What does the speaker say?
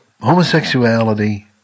Homosexuality